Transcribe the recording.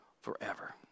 forever